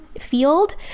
field